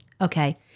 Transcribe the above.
Okay